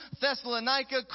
Thessalonica